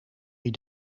wie